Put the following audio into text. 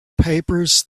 papers